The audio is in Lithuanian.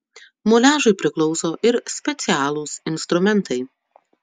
muliažui priklauso ir specialūs instrumentai